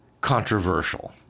controversial